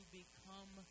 become